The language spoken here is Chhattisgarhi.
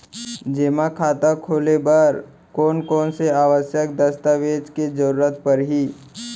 जेमा खाता खोले बर कोन कोन से आवश्यक दस्तावेज के जरूरत परही?